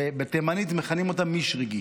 ובתימנית מכנים אותם מישריגי,